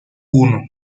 uno